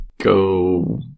go